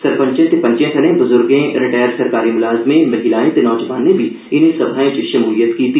सरपंचें ते पंचें सने बुजुर्गें रटैर सरकारी मुलाजुमें महिलाएं ते नौजवानें बी इनें समाएं च शमूलियत कीती